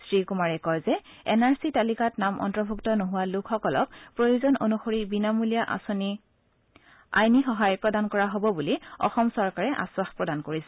শ্ৰীকুমাৰে কয় যে এন আৰ চি তালিকাত নাম অন্তৰ্ভুক্ত নোহোৱা লোকসকলক প্ৰয়োজন অনুসৰি বিনামূলীয়া আঁচনি সহায় প্ৰদান কৰা হ'ব বুলি অসম চৰকাৰে আখাস প্ৰদান কৰিছে